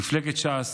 מפלגת ש"ס